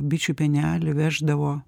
bičių pienelį veždavo